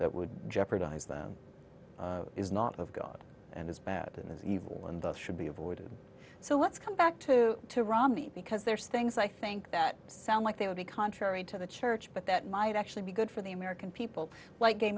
that would jeopardize that is not of god and is bad and is evil and should be avoided so let's come back to to romney because there's things i think that sound like they would be contrary to the church but that might actually be good for the american people like gay